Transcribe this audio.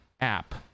app